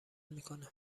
میکنه